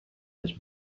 has